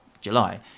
july